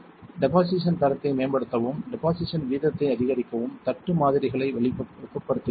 deposition தரத்தை மேம்படுத்தவும் deposition வீதத்தை அதிகரிக்கவும் தட்டு மாதிரிகளை வெப்பப்படுத்துகிறது